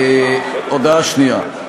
הודעה שנייה: